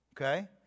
Okay